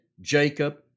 Jacob